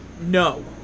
no